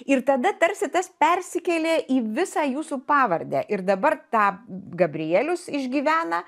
ir tada tarsi tas persikėlė į visą jūsų pavardę ir dabar tą gabrielius išgyvena